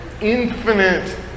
infinite